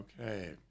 Okay